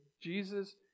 Jesus